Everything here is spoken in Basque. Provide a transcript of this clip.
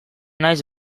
naiz